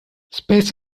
space